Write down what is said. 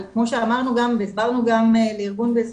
אבל כמו שאמרנו גם והסברנו גם לארגון בזכות,